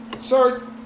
Sir